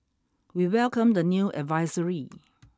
we welcomed the new advisory